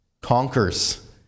conquers